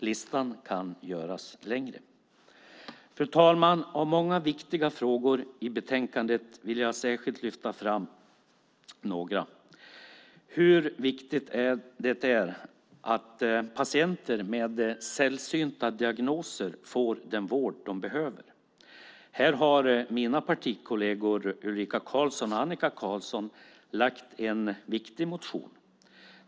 Listan kan göras längre. Fru talman! Av många viktiga frågor i betänkandet vill jag särskilt lyfta fram några. Det är viktigt att patienter med sällsynta diagnoser får den vård de behöver. Här har mina partikolleger Ulrika Carlsson och Annika Qarlsson väckt en viktig motion.